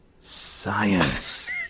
science